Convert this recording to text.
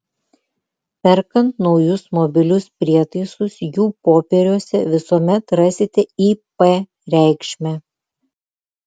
perkant naujus mobilius prietaisus jų popieriuose visuomet rasite ip reikšmę